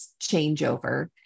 changeover